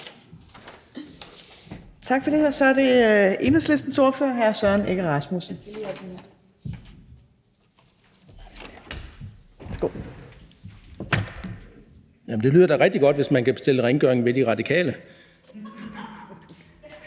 Tak for det. Så er det Enhedslistens ordfører, hr. Søren Egge Rasmussen.